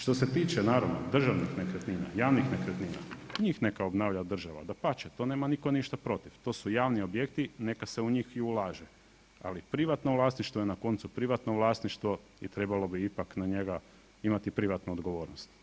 Što se tiče naravno državnih nekretnina, javnih nekretnina njih neka obnavlja država, dapače to nema nitko ništa protiv, to su javni objekti, neka se u njih i ulaže, ali privatno vlasništvo je na koncu privatno vlasništvo i trebalo bi ipak na njega imati privatnu odgovornost.